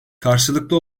karşılıklı